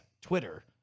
Twitter